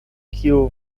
kiu